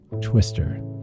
Twister